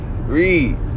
Read